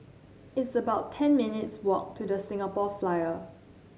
it's about ten minutes' walk to The Singapore Flyer